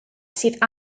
sydd